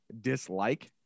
dislike